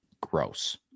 Gross